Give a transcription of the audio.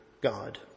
God